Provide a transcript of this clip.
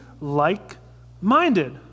like-minded